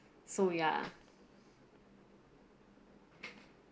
so ya